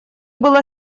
было